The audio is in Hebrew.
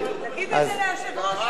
תגיד את זה ליושב-ראש הישיבה,